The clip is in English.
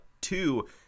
two